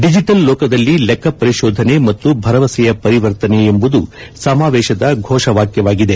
digital ಲೋಕದಲ್ಲಿ ಲೆಕ್ಕ ಪರಿಶೋಧನೆ ಮತ್ತು ಭರವಸೆಯ ಪರಿವರ್ತನೆ ಎಂಬುದು ಸಮಾವೇಶದ ಘೋಷ ವಾಕ್ಯವಾಗಿದೆ